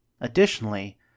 Additionally